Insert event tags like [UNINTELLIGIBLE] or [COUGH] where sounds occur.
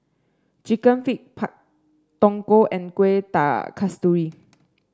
chicken feet Pak Thong Ko and Kueh [UNINTELLIGIBLE] Kasturi